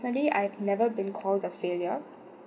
personally I've never been called a failure